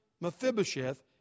Mephibosheth